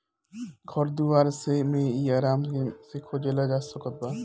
घर दुआर मे इ आराम से खोजल जा सकत बा